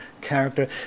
character